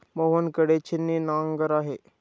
मोहन कडे छिन्नी नांगर आहे